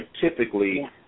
typically